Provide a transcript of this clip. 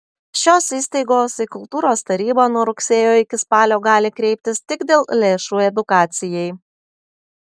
šios įstaigos į kultūros tarybą nuo rugsėjo iki spalio gali kreiptis tik dėl lėšų edukacijai